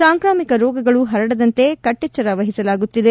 ಸಾಂಕ್ರಮಿಕ ರೋಗಗಳು ಹರಡದಂತೆ ಕಟ್ಟೆಚ್ಚರ ವಹಿಸಲಾಗುತ್ತಿದೆ